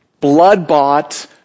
blood-bought